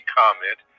comment